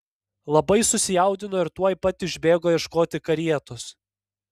labai susijaudino ir tuoj pat išbėgo ieškoti karietos